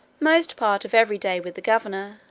most part of every day with the governor,